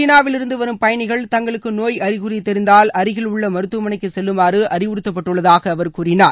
சீனாவிலிருந்து வரும் பயணிகள் தங்களுக்கு நோய் அறிகுறி தெரிந்தால் அருகில் உள்ள மருத்துவமனைக்கு செல்லுமாறு அறிவுறுத்தப்பட்டுள்ளதாக அவர் கூறினார்